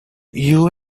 you